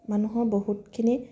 মানুহৰ বহুতখিনি